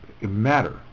matter